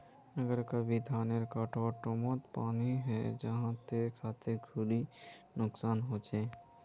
अगर कभी धानेर कटवार टैमोत पानी है जहा ते कते खुरी नुकसान होचए?